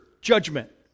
Judgment